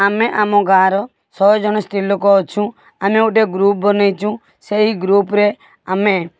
ଆମେ ଆମ ଗାଁର ଶହେ ଜଣେ ସ୍ତ୍ରୀ ଲୋକ ଅଛୁ ଆମେ ଗୋଟେ ଗ୍ରୁପ୍ ବନାଇଛୁ ସେହି ଗ୍ରୁପ୍ରେ ଆମେ